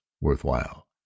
worthwhile